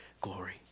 glory